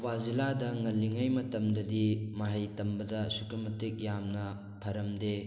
ꯊꯧꯕꯥꯜ ꯖꯤꯜꯂꯥꯗ ꯉꯜꯂꯤꯉꯩ ꯃꯇꯝꯗꯗꯤ ꯃꯍꯩ ꯇꯝꯕꯗ ꯑꯁꯨꯛꯀꯤ ꯃꯇꯤꯛ ꯌꯥꯝꯅ ꯐꯔꯝꯗꯦ